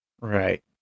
Right